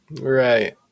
Right